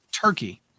turkey